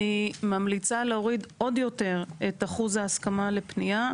אני ממליצה להוריד עוד יותר את אחוז ההסכמה לפנייה.